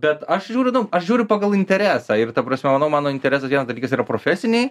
bet aš žiūriu nu aš žiūriu pagal interesą ir ta prasme manau mano interesas vienas dalykas yra profesiniai